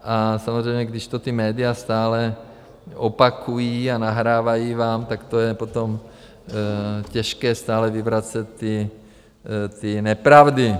A samozřejmě když to ta média stále opakují a nahrávají vám, tak to je potom těžké stále vyvracet ty nepravdy.